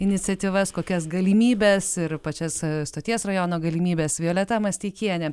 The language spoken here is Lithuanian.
iniciatyvas kokias galimybes ir pačias stoties rajono galimybes violeta masteikienė